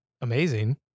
amazing